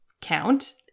count